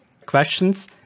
Questions